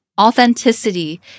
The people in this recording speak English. Authenticity